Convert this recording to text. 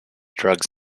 drugs